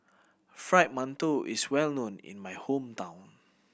Fried Mantou is well known in my hometown